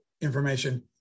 information